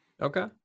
Okay